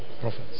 Prophets